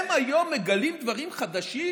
הם היום מגלים דברים חדשים